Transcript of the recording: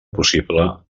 possible